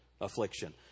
affliction